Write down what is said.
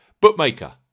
Bookmaker